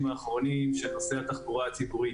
האחרונים נוסעי התחבורה הציבורית.